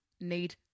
need